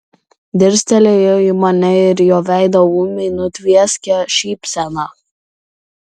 dirstelėjo į mane ir jo veidą ūmai nutvieskė šypsena